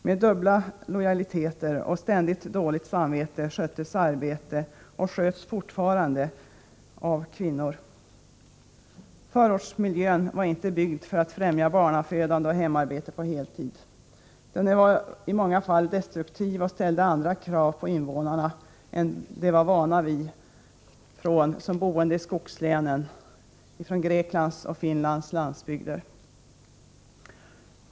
Med dubbla lojaliteter och ständigt dåligt samvete skötte de — och gör det fortfarande — arbete, hem och barn. Förortsmiljön var inte byggd för att främja barnafödande och hemarbete på heltid. Den var i många fall destruktiv och ställde andra krav på invånarna än de var vana vid från sitt boende i skogslänen eller på Greklands och Finlands landsbygder.